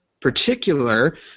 particular